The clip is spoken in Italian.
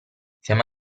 siamo